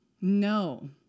No